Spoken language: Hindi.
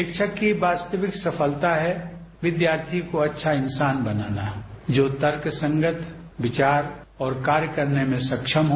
शिक्षक की वास्त्विक सफलता है विद्यार्थी को अच्छार इंसान बनाना जो तर्कसंगत विचार और कार्य करने में सक्षम हो